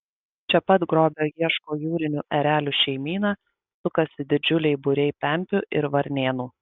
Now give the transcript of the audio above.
čia pat grobio ieško jūrinių erelių šeimyna sukasi didžiuliai būriai pempių ir varnėnų